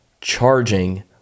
charging